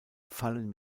fallen